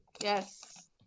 Yes